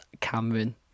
Cameron